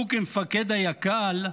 שהוא, כמפקד היק"ל,